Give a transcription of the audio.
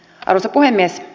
arvoisa puhemies